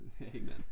Amen